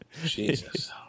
Jesus